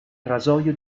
rasoio